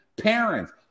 Parents